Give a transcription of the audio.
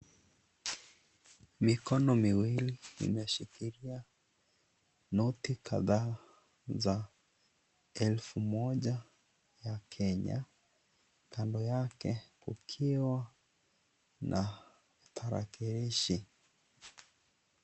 Mikono miwili imeshikilia noti kadhaa za elfu moja ya Kenya, kando yake kukiwa na tarakilishi.